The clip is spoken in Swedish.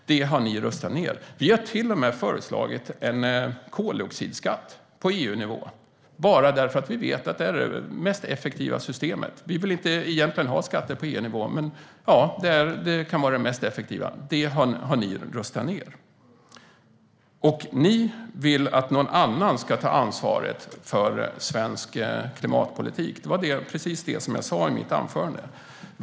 Det har ni röstat ned. Vi har till och med föreslagit en koldioxidskatt på EU-nivå bara för att vi vet att det är det mest effektiva systemet. Vi vill egentligen inte ha skatter på EU-nivå, men detta kan vara det mest effektiva. Det har ni röstat ned. Ni vill att någon annan ska ta ansvaret för svensk klimatpolitik. Det var precis det jag sa i mitt anförande.